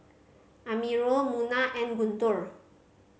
Amirul Munah and Guntur